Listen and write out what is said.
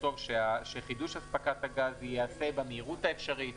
לכתוב שחידוש אספקת הגז ייעשה במהירות האפשרית,